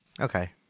Okay